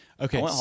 okay